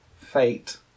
fate